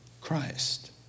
Christ